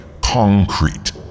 concrete